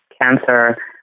Cancer